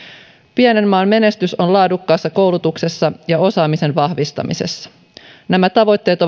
pienen maan menestys on laadukkaassa koulutuksessa ja osaamisen vahvistamisessa nämä tavoitteet